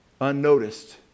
unnoticed